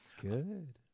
Good